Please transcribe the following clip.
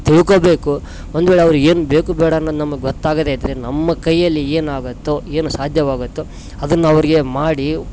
ತಿಳ್ಕೊಬೇಕು ಒಂದ್ವೇಳೆ ಅವರಿಗೆ ಏನು ಬೇಕು ಬೇಡ ಅನ್ನೋದು ನಮಗ್ ಗೊತ್ತಾಗದೆ ಇದ್ದರೆ ನಮ್ಮ ಕೈಯಲ್ಲಿ ಏನು ಆಗುತ್ತೋ ಏನು ಸಾಧ್ಯವಾಗತ್ತೋ ಅದನ್ನ ಅವರಿಗೆ ಮಾಡಿ